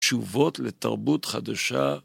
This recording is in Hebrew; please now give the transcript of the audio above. תשובות לתרבות חדשה